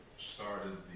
started